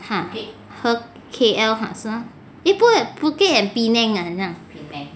ha 和 K_L ha 是吗 eh 不会 phuket and penang ah 很像